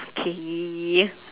okay